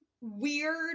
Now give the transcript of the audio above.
weird